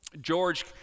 George